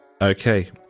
Okay